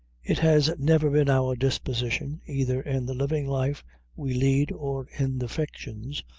it has never been our disposition, either in the living life we lead, or in the fictions,